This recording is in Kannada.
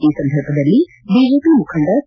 ಈ ಸಂದರ್ಭದಲ್ಲಿ ಬಿಜೆಪಿ ಮುಖಂಡ ಸಿ